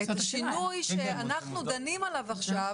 השינוי שאנחנו דנים עליו עכשיו,